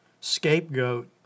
Scapegoat